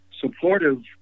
supportive